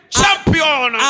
champion